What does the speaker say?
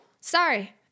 sorry